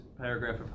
paragraph